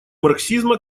марксизма